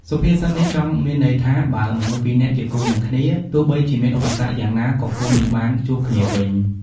សុភាសិតនេះចង់មានន័យថា បើមនុស្សពីរនាក់ជាគូនឹងគ្នា ទោះបីមានឧបសគ្គយ៉ាងណាក៏គង់នឹងបានជួបគ្នាវិញ។